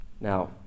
Now